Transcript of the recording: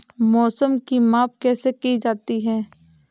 मौसम की माप कैसे की जाती है?